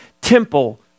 temple